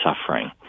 suffering